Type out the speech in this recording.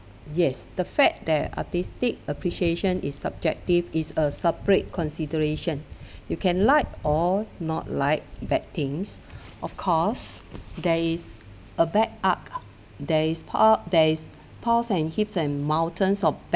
yes the fact there are artistic appreciation is subjective is a separate consideration you can like or not like bad things of course there is a bad art there it there's piles and heaps and mountains of bad